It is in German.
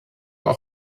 aber